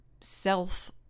self